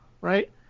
Right